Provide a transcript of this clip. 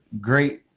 great